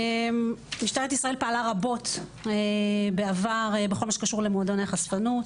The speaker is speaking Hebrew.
משטרת ישראל פעלה רבות בעבר בכל מה שקשור למועדוני חשפנות.